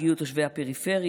הגיעו תושבי הפריפריה,